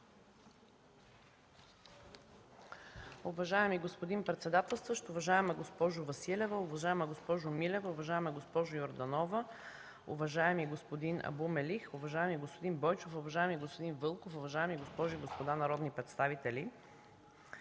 Уважаеми господин председателстващ, уважаема госпожо Василева, уважаема госпожо Милева, уважаема госпожо Йорданова, уважаеми господин Абу Мелих, уважаеми господин Бойчев, уважаеми господин Вълков, уважаеми госпожи и господа народни представители!